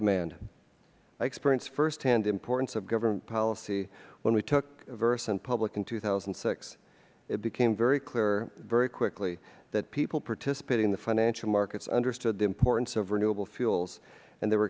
demand i experienced firsthand the importance of government policy when we took verasun public in two thousand and six it became very clear very quickly that people participating in the financial markets understood the importance of renewable fuels and they were